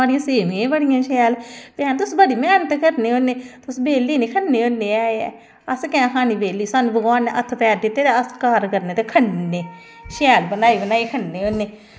इह्दे इलावा अम्ब दा बूह्टा दिक्खो साढ़ै अम्ब ते लगदा गैनी ऐ भाई व उच्ची जगा करियै हैल शैल पाईयै लाया बी जा उसी बी बड़ा घट्ट फल पौंदा इयां गुच्छेदार गुच्छे गुच्छे होई जंदा